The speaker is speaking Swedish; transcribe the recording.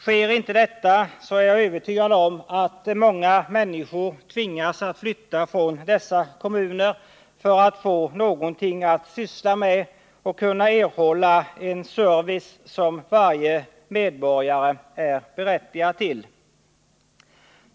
Sker inte detta, är jag övertygad om att många människor tvingas att flytta från dessa kommuner för att få någonting att syssla med och kunna erhålla en service som varje medborgare är berättigad till.